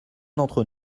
d’entre